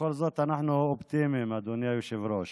בכל זאת אנחנו אופטימיים, אדוני היושב-ראש.